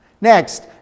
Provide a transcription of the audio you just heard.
Next